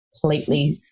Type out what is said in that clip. completely